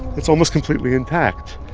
it's almost completely intact.